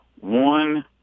one